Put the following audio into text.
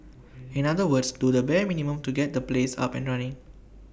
in other words do the bare minimum to get the place up and running